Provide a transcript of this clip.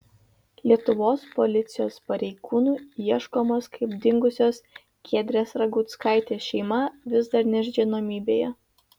lietuvos policijos pareigūnų ieškomos kaip dingusios giedrės raguckaitės šeima vis dar nežinomybėje